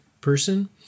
person